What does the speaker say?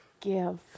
give